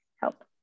help